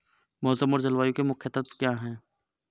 मौसम और जलवायु के मुख्य तत्व क्या हैं?